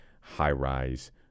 high-rise